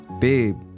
Babe